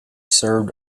served